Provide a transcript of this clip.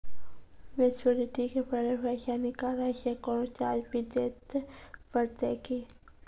Maturity के पहले पैसा निकालै से कोनो चार्ज भी देत परतै की?